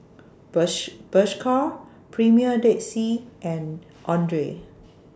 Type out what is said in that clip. Bershka Premier Dead Sea and Andre